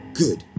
good